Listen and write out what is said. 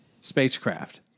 spacecraft